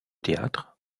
théâtre